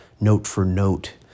note-for-note